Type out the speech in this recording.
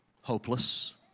hopeless